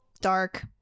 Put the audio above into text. dark